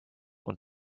und